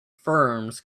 ferns